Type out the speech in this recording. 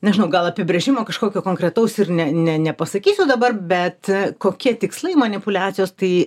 nežinau gal apibrėžimo kažkokio konkretaus ir ne ne nepasakysiu dabar bet kokie tikslai manipuliacijos tai